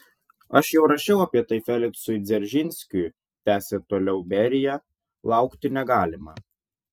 aš jau rašiau apie tai feliksui dzeržinskiui tęsė toliau berija laukti negalima